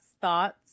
thoughts